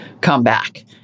comeback